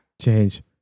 Change